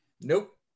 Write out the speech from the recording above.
Nope